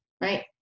right